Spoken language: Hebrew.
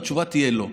התשובה תהיה: לא.